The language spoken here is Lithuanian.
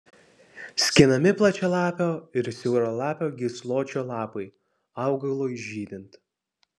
skinami plačialapio ir siauralapio gysločio lapai augalui žydint